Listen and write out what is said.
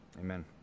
Amen